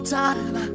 time